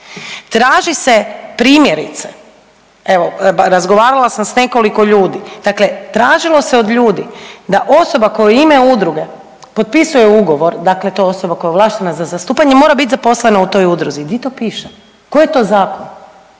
Traži se primjerice evo razgovarala sam sa nekoliko ljudi, dakle tražilo se od ljudi da osoba koja u ime udruge potpisuje ugovor, dakle to je osoba koja je ovlaštena za zastupanje mora biti zaposlena u toj udruzi. Di to piše? Koji je to zakon?